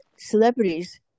celebrities